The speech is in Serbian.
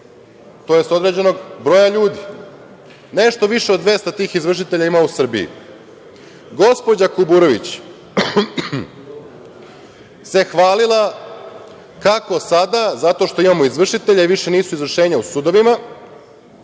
tj. određenog broja ljudi. Nešto više od 200 tih izvršitelja ima u Srbiji. Gospođa Kuburović se hvalila kako sada, zato što imamo izvršitelje više nisu izvršenja u sudovima,